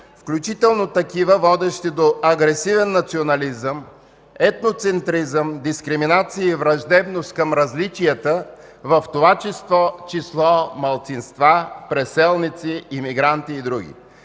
включително такива, водещи до агресивен национализъм, етноцентризъм, дискриминация и враждебност към различията, в това число малцинства, преселници, имигранти и други.